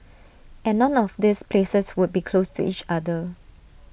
and none of these places would be close to each other